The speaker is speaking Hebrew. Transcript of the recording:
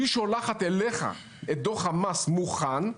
היא שולחת אליך את דוח המס מוכן,